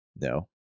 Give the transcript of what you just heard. No